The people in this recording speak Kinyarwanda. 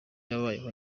abayeho